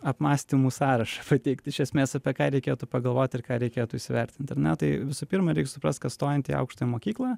apmąstymų sąrašą pateikt iš esmės apie ką reikėtų pagalvot ir ką reikėtų įsivertint ar ne tai visų pirma reik suprast kad stojant į aukštąją mokyklą